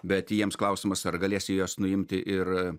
bet jiems klausimas ar galės jie juos nuimti ir